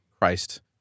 Christ